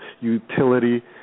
utility